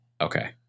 Okay